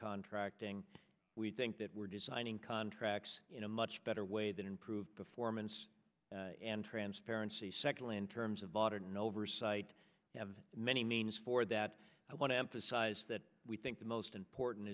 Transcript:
contracting we think that we're designing contracts in a much better way that improve performance and transparency secondly in terms of water no oversight we have many means for that i want to emphasize that we think the most important